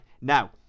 Now